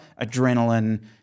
adrenaline